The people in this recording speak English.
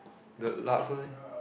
the last one eh